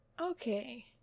Okay